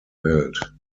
welt